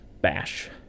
Bash